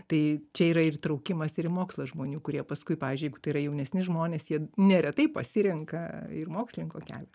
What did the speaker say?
tai čia yra ir įtraukimas ir į mokslo žmonių kurie paskui pavyzdžiui jeigu tai yra jaunesni žmonės jie neretai pasirenka ir mokslininko kelią